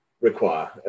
require